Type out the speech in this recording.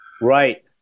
Right